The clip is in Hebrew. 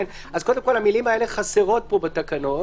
אז קודם כל, המילים האלה חסרות פה בתקנות.